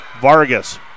Vargas